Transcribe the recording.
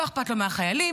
לא אכפת לו מהחיילים,